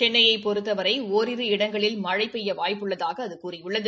சென்னையை பொறத்தவரை ஓரிரு இடங்களில் மழை பெய்ய வாய்ப்பு உள்ளதாக அது கூறியுள்ளது